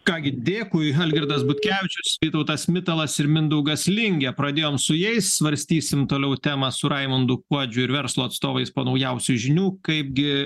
ką gi dėkui algirdas butkevičius vytautas mitalas ir mindaugas lingė pradėjom su jais svarstysim toliau temą su raimundu kuodžiu ir verslo atstovais po naujausių žinių kaipgi